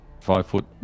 five-foot